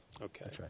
Okay